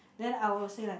then I will say like